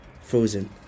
frozen